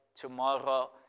tomorrow